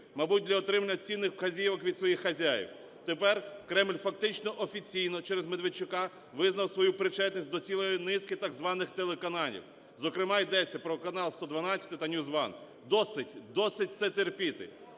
мабуть, для отримання цінних вказівок від своїх хазяїв. Тепер Кремль фактично офіційно через Медведчука визнав свою причетність до цілої низки так званих телеканалів, зокрема йдеться про канал "112" та News One. Досить! Досить це терпіти!